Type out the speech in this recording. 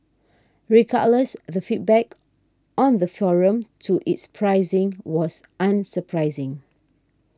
regardless the feedback on the forum to it's pricing was unsurprising